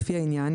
לפי העניין,